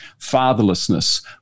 fatherlessness